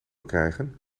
krijgen